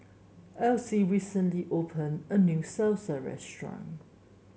Elsie recently open a new Salsa restaurant